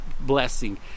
blessing